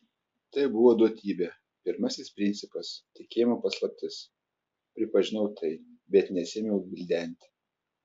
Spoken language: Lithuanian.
tai buvo duotybė pirmasis principas tikėjimo paslaptis pripažinau tai bet nesiėmiau gvildenti